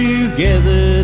Together